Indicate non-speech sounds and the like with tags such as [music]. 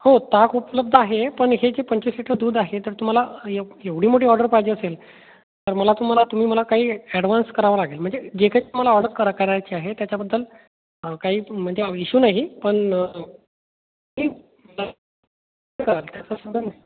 हो ताक उपलब्ध आहे पण हे जे पंचवीस लिटर दूध आहे तर तुम्हाला एव एवढी मोठी ऑर्डर पाहिजे असेल तर मला तुम्हाला तुम्ही मला काही ॲडव्हान्स करावं लागेल म्हणजे जे काही तुम्हाला ऑडर करा करायची आहे त्याच्याबद्दल काही म्हणजे इशू नाही पण [unintelligible]